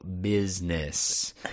business